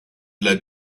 led